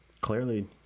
clearly